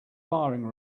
firing